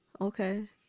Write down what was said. Okay